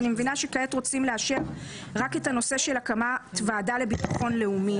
אני מבינה שכעת רוצים לאשר רק את הנושא של הקמת ועדה לביטחון לאומי,